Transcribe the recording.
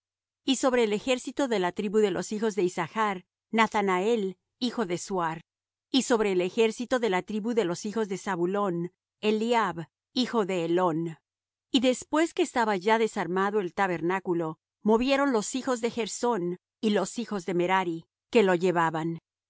y sobre el ejército de la tribu de los hijos de issachr nathanael hijo de suar y sobre el ejército de la tribu de los hijos de zabulón eliab hijo de helón y después que estaba ya desarmado el tabernáculo movieron los hijos de gersón y los hijos de merari que lo llevaban